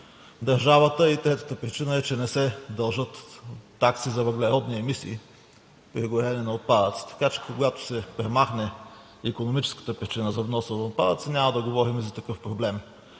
държавата. И третата причина е, че не се дължат такси за въглеродни емисии при горенето на отпадъци. Така че, когато се премахне икономическата причина за вноса на отпадъци, няма да говорим за такъв проблем.